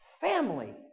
family